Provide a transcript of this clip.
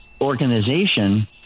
organization